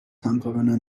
همکارانم